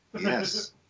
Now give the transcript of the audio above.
Yes